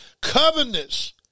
Covenants